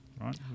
right